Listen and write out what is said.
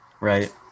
right